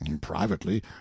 privately